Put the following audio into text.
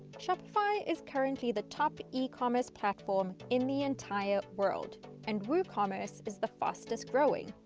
shopify is currently the top ecommerce platform in the entire world and woocommerce is the fastest growing,